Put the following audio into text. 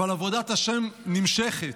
אבל עבודת ה' נמשכת,